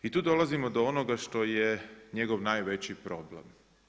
I to dolazimo do onoga što je njegov najveći problem.